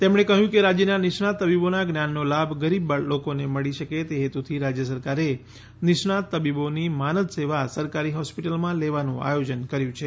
તેમણે કહ્યું કે રાજ્યના નિષ્ણાંત તબીબોના જ્ઞાનનો લાભ ગરીબ લોકોને મળી શકે તે હેતુથી રાજ્ય સરકારે નિષ્ણાંત તબીબોની માનદ સેવા સરકારી હોસ્પીટલોમાં લેવાનું આયોજન કર્યું છે